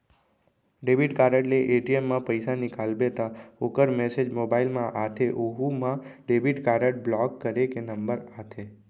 debit card ले ATM म पइसा निकालबे त ओकर मेसेज मोबाइल म आथे ओहू म डेबिट कारड ब्लाक करे के नंबर आथे